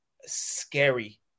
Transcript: scary